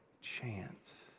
chance